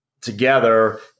together